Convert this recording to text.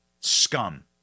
Scum